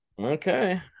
okay